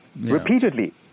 repeatedly